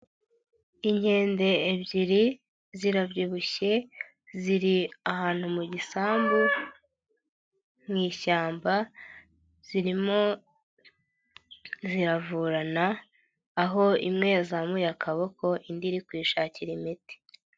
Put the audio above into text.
Inkende ebyiri zirabyibushye ziri ahantu mu gisambu mu ishyamba, zirimo ziravurana aho imwe yazamuye akaboko indi iri kuyishakira imiti.